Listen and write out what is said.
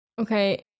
okay